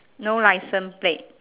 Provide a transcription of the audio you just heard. no license plate